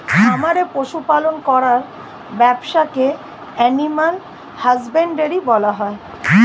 খামারে পশু পালন করার ব্যবসাকে অ্যানিমাল হাজবেন্ড্রী বলা হয়